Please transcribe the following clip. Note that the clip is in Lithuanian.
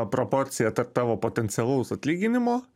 proporciją tarp tavo potencialaus atlyginimo